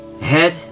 Head